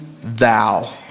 thou